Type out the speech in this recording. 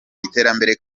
iterambere